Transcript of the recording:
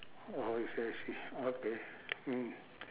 oh I see I see okay mm